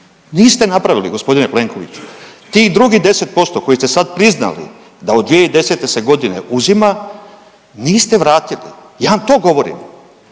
niste napravili g. Plenkoviću. Ti drugih 10% koje ste sad priznali da od 2010.g. se uzima niste vratili, ja vam to govorim,